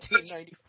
1994